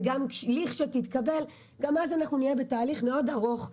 וגם כאשר תתקבל נהיה בתהליך ארוך מאוד,